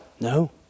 No